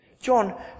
John